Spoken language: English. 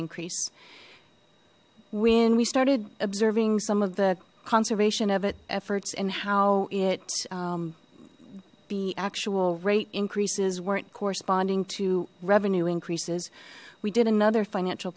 increase when we started observing some of the conservation of it efforts and how it the actual rate increases weren't corresponding to revenue increases we another financial